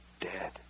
Dead